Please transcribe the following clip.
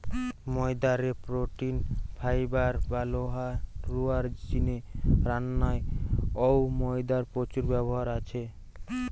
ময়দা রে protein, fibre বা লোহা রুয়ার জিনে রান্নায় অউ ময়দার প্রচুর ব্যবহার আছে